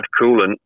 coolant